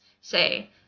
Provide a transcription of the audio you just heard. say